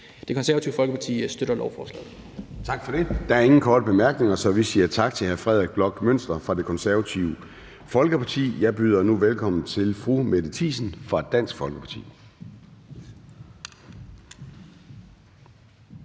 Det Konservative Folkeparti støtter lovforslaget. Kl. 16:57 Formanden (Søren Gade): Der er ingen korte bemærkninger, så vi siger tak til hr. Frederik Bloch Münster fra Det Konservative Folkeparti. Jeg byder nu velkommen til fru Mette Thiesen fra Dansk Folkeparti.